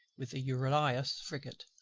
with the euryalus frigate,